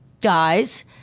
guys